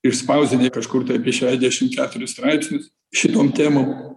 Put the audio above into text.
išspausdinę kažkur tai apie šedešim keturis straipsnius šitom temom